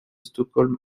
stockholm